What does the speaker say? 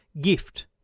Gift